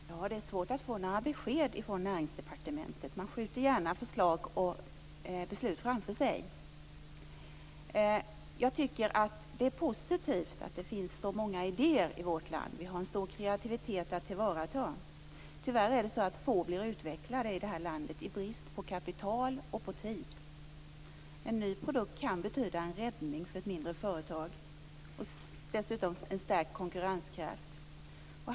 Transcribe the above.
Herr talman! Det är svårt att få några besked från Näringsdepartementet. Man skjuter gärna förslag och beslut framför sig. Jag tycker att det är positivt att det finns så många idéer i vårt land. Vi har en stor kreativitet att tillvarata. Tyvärr blir få utvecklade i brist på kapital och tid. En ny produkt kan betyda en räddning för ett mindre företag och dessutom en stärkt konkurrenskraft.